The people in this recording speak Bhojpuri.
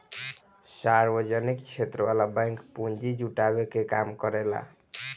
सार्वजनिक क्षेत्र वाला बैंक पूंजी जुटावे के काम करेला